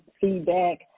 feedback